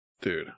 Dude